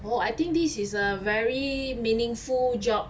oh I think this is a very meaningful job